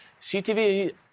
CTV